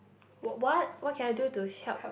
w~ what what can I do to help